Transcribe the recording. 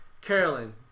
Carolyn